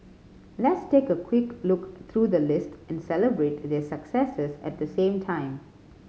let's take a quick look through the list and celebrate their successes at the same time